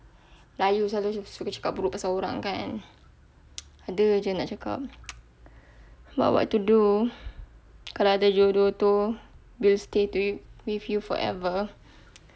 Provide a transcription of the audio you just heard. melayu selalu suka cakap buruk pasal orang kan ada jer nak cakap but what to do kalau ada jodoh tu will stay to~ with you forever